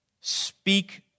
speak